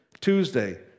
Tuesday